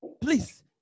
please